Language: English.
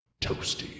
Toasty